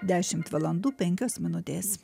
dešimt valandų penkios minutės